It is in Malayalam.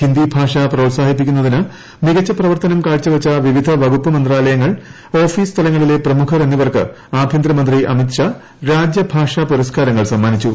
ഹിന്ദി ഭാഷ പ്രോത്സാഹിപ്പിക്കുന്നതിന് മികച്ച പ്രവൂർത്തൂനം കാഴ്ചവച്ച വിവിധ വകുപ്പ് മന്ത്രാലയങ്ങൾ ഓഫീസ് തലിങ്ങളിലെ പ്രമുഖർ എന്നിവർക്ക് ആഭ്യന്തരമന്ത്രി അമിത് ഷാ രാജ്യഭാഷ്ട്ര പുരസ്കാരങ്ങൾ സമ്മാനിച്ചു